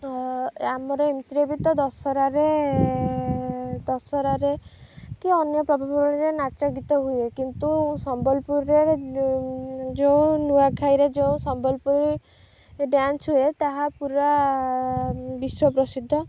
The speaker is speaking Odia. ଆମର ଏମିତିରେ ବି ତ ଦଶହରାରେ ଦଶହରାରେ କି ଅନ୍ୟ ପର୍ବପର୍ବାଣୀରେ ନାଚ ଗୀତ ହୁଏ କିନ୍ତୁ ସମ୍ବଲପୁରରେ ଯେଉଁ ନୂଆଖାଇରେ ଯୋଉଁ ସମ୍ବଲପୁରୀ ଡ଼୍ୟାନ୍ସ ହୁଏ ତାହା ପୁରା ବିଶ୍ୱ ପ୍ରସିଦ୍ଧ